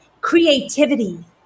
Creativity